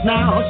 Now